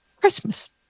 Christmas